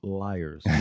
liars